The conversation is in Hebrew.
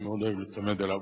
אני מאוד אוהב להיצמד אליו.